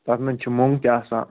تتھ مَنٛز چھُ موٚنٛگ تہِ آسان